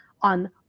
on